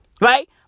Right